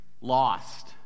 lost